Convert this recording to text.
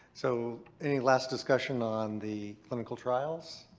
so any last discussion on the clinical trials?